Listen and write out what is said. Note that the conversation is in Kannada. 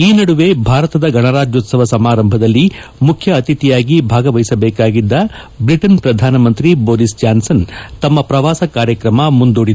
ಈ ನದುವೆ ಭಾರತದ ಗಣರಾಜ್ಯೋತ್ಸವ ಸಮಾರಂಭದಲ್ಲಿ ಮುಖ್ಯ ಅತಿಥಿಯಾಗಿ ಭಾಗವಹಿಸಬೇಕಾಗಿದ್ದ ಬ್ರಿಟನ್ ಪ್ರಧಾನಮಂತ್ರಿ ಬೋರಿಸ್ ಜಾನ್ಸನ್ ತಮ್ಮ ಪ್ರವಾಸ ಕಾರ್ಯಕ್ರಮ ಮುಂದೂದಿದ್ದಾರೆ